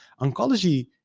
oncology